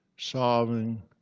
Solving